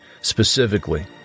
specifically